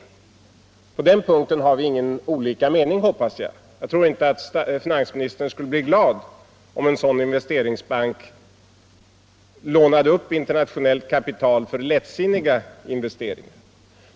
På den punkten har vi inte olika mening, hoppas jag. Jag tror inte att finansministern skulle bli glad om en sådan investeringsbank lånade upp internationellt kapital för lättsinniga investeringar.